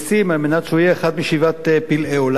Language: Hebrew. על מנת שהוא יהיה אחד משבעת פלאי עולם.